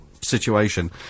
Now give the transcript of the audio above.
situation